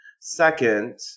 Second